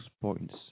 points